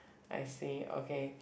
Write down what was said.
I see okay